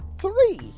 three